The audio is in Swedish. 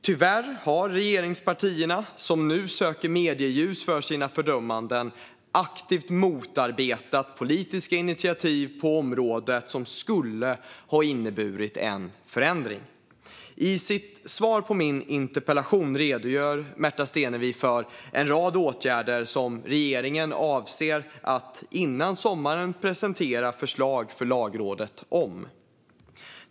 Tyvärr har regeringspartierna, som nu söker medieljus för sina fördömanden, aktivt motarbetat politiska initiativ på området som skulle ha inneburit en förändring. I sitt svar på min interpellation redogjorde Märta Stenevi för en rad åtgärder som regeringen avser att före sommaren presentera förslag för Lagrådet om.